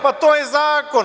Pa, to je zakon.